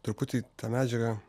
truputį tą medžiagą